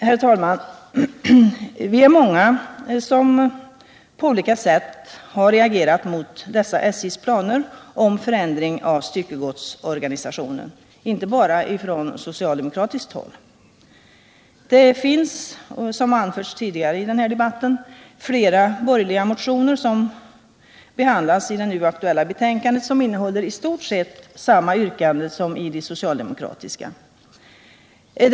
Herr talman! Vi är många, inte bara från socialdemokratiskt håll, som på olika sätt har reagerat mot SJ:s planer på att förändra styckegodsorganisationen. Som anförts tidigare i debatten behandlas i det nu aktuella betänkandet flera borgerliga motioner som innehåller i stort sett samma yrkande som i de socialdemokratiska motionerna.